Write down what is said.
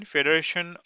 Federation